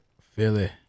Philly